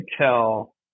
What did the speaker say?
tell